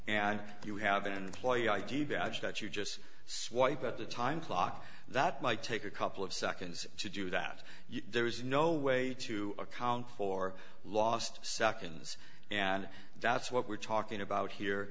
and you haven't ploy id badge that you just swipe at the time clock that might take a couple of seconds to do that there is no way to account for lost seconds and that's what we're talking about here